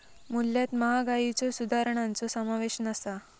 मूल्यात महागाईच्यो सुधारणांचो समावेश नसा